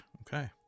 okay